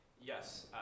Yes